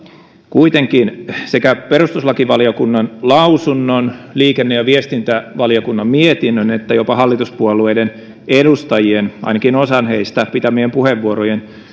kuitenkin sekä perustuslakivaliokunnan lausunnon liikenne ja viestintävaliokunnan mietinnön että jopa hallituspuolueiden edustajien ainakin osan heistä pitämien puheenvuorojen